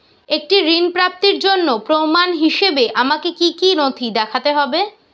একটি ঋণ প্রাপ্তির জন্য প্রমাণ হিসাবে আমাকে কী কী নথি দেখাতে হবে?